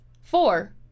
Four